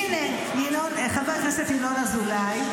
הינה, חבר הכנסת ינון אזולאי.